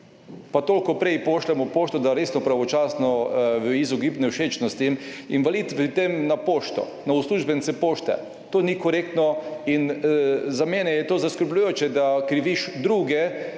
pa toliko prej pošljemo pošto, da resno, pravočasno, v izogib nevšečnosti, invalid v tem, na pošto, na uslužbence pošte, to ni korektno. In za mene je to zaskrbljujoče, da kriviš druge,